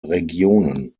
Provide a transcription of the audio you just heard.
regionen